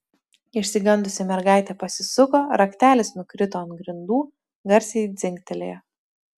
išsigandusi mergaitė pasisuko raktelis nukrito ant grindų garsiai dzingtelėjo